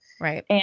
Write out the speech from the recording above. Right